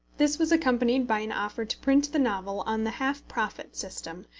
this was accompanied by an offer to print the novel on the half-profit system,